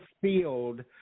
field